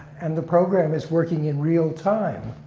and the program is working in real-time,